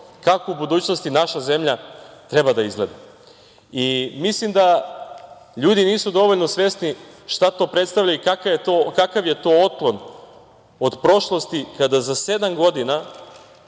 kako u budućnosti naša zemlja treba da izgleda. Mislim da ljudi nisu dovoljno svesni šta to predstavlja i kakav je to otklon od prošlosti kada za sedam godina,